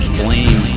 blame